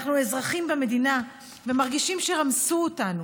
אנחנו אזרחים במדינה ומרגישים שרמסו אותנו